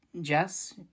Jess